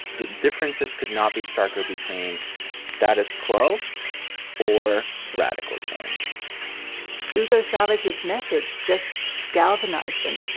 the differences could not be starker between status quo or radical change hugo chavez's message just galvanized them,